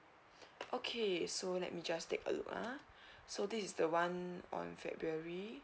okay so let me just take a look ah so this is the one on february